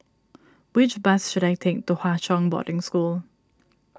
which bus should I take to Hwa Chong Boarding School